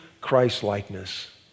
Christlikeness